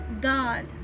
God